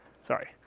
Sorry